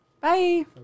Bye